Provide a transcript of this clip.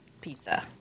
pizza